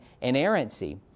inerrancy